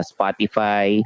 Spotify